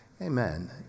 Amen